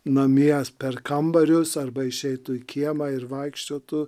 namie per kambarius arba išeitų į kiemą ir vaikščiotų